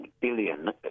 billion